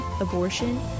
abortion